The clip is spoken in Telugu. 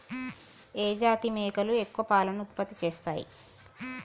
ఏ జాతి మేకలు ఎక్కువ పాలను ఉత్పత్తి చేస్తయ్?